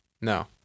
No